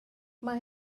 mae